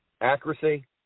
accuracy